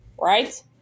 right